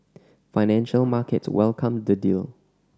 financial markets welcomed the deal